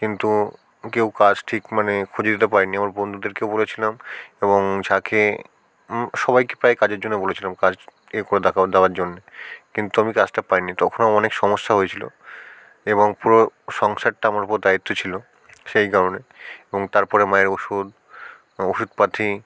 কিন্তু কেউ কাজ ঠিক মানে খুঁজে দিতে পারেনি আমার বন্ধুদেরকেও বলেছিলাম এবং যাকে সবাইকে প্রায় কাজের জন্যে বলেছিলাম কাজ এ করে দেখাও দেওয়ার জন্য কিন্তু আমি কাজটা পাইনি তখন আমার অনেক সমস্যা হয়েছিল এবং পুরো সংসারটা আমার উপর দায়িত্ব ছিল সেই কারণে এবং তার পরে মায়ের ওষুধ ওষুধপাতি